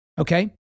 Okay